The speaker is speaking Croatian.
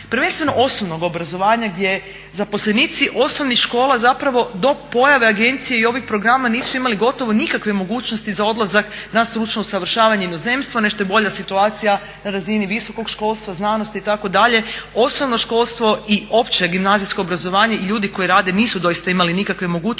prvenstveno osnovnog obrazovanja gdje zaposlenici osnovnih škola do pojave agencije i ovih programa nisu imali gotovo nikakve mogućnosti za odlazak na stručno usavršavanje u inozemstvu, nešto je bolja situacija na razini visokog školstva, znanosti itd. osnovno školstvo i opće gimnazijsko obrazovanje i ljudi koji rade nisu doista imali nikakve mogućnosti